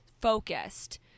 focused